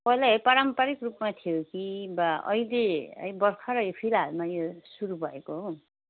पहिला है पारम्परिक रूपमा थियो कि वा अहिले भर्खरै फिलहालमा यो सुरु भएको हो